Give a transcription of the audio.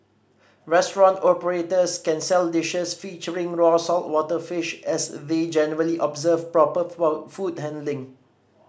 restaurant operators can sell dishes featuring raw saltwater fish as we generally observe proper food handling